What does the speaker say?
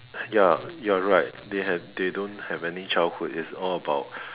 ya you're right they have they don't have any childhood is all about